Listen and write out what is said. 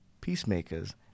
peacemakers